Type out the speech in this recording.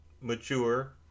mature